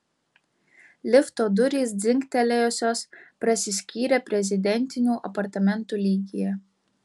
lifto durys dzingtelėjusios prasiskyrė prezidentinių apartamentų lygyje